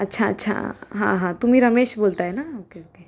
अच्छा अच्छा हां हां तुम्ही रमेश बोलत आहे ना ओके ओके